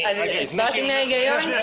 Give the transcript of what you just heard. הסברתי מה ההיגיון.